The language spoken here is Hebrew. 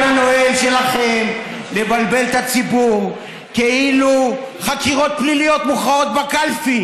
אותנו כאילו אנחנו האשמנו את ראש הממשלה בשוחד,